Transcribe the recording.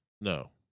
No